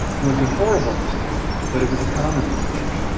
was a horrible mistake, but it was a common mistake.